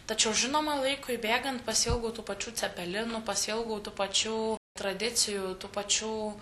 tačiau žinoma laikui bėgant pasiilgau tų pačių cepelinų pasiilgau tų pačių tradicijų tų pačių